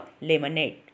lemonade